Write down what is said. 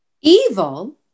Evil